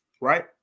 right